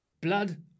Blood